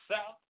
South